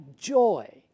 joy